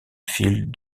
fille